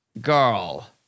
girl